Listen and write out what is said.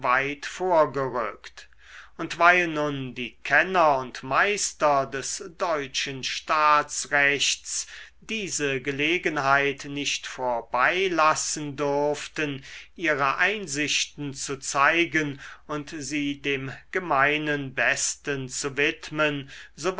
weitvorgerückt und weil nun die kenner und meister des deutschen staatsrechts diese gelegenheit nicht vorbeilassen durften ihre einsichten zu zeigen und sie dem gemeinen besten zu widmen